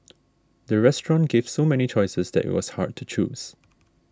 the restaurant gave so many choices that it was hard to choose